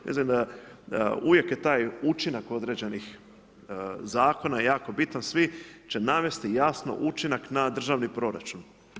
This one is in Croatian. Mislim da uvijek je taj učinak određenih zakona i jako bitan svi će navesti jasno učinak na državni proračun.